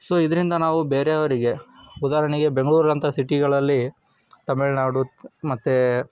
so ಇದರಿಂದ ನಾವು ಬೇರೆಯವರಿಗೆ ಉದಾಹರಣೆಗೆ ಬೆಂಗಳೂರಂಥ ಸಿಟಿಗಳಲ್ಲಿ ತಮಿಳ್ನಾಡು ಮತ್ತು